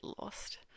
lost